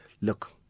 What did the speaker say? look